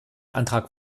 antrag